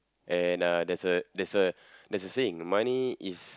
and uh there's a there's a there's a saying money is